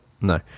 No